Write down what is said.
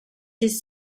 his